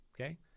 Okay